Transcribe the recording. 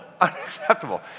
Unacceptable